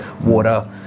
water